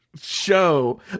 show